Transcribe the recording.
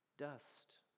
dust